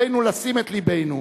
עלינו לשים את לבנו,